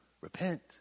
Repent